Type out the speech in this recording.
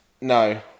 No